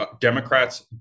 Democrats